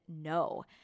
no